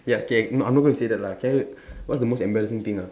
ya K no I'm not gonna say that lah can what's the most embarrassing thing ah